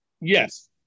Yes